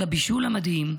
על הבישול המדהים,